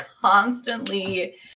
constantly